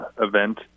event